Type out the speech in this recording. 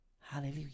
Hallelujah